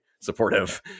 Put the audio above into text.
supportive